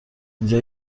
اینجا